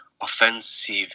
offensive